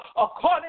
according